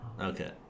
Okay